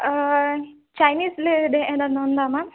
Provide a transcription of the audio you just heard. చైనీస్లే ఇది ఏదైన్నా ఉందామా